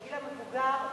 בגיל המבוגר,